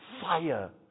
fire